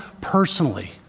personally